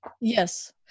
Yes